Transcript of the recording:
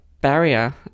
barrier